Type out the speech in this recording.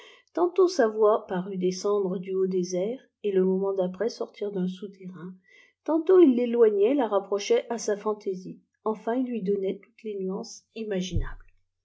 tantôt sa voix parut descendre du haut des airs et le moment d'après sorlir d'un souterrain tant il l'éloignait et la rapprochait à sa tantaisie enfin il lui donnait toutes les nuances imaginables